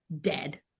dead